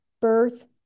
birth